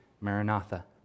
Maranatha